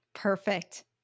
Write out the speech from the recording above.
Perfect